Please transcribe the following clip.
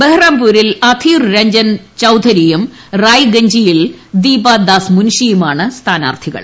ബഹ്റാംപൂരിൽ അധീർ രഞ്ജൻ ചൌധരിയും റായ്ഗഞ്ചിയിൽ ദീപാ ദാസ്മുൻഷിയുമാണ് സ്ഥാനാർഥികൾ